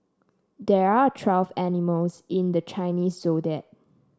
there are twelve animals in the Chinese Zodiac